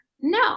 No